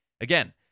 Again